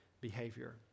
behavior